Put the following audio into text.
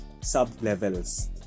sub-levels